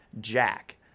Jack